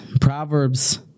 Proverbs